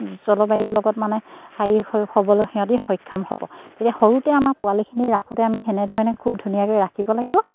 জলবায়ুৰ লগত মানে হেৰি হ'বলৈ সিহঁতি সক্ষম হ'ব তেতিয়া সৰুতে আমাৰ পোৱালিখিনি ৰাখোঁতে আমি তেনেধৰণে খুব ধুনীয়াকৈ ৰাখিব লাগিব